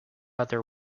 other